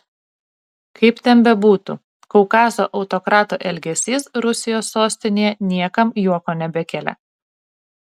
kaip ten bebūtų kaukazo autokrato elgesys rusijos sostinėje niekam juoko nebekelia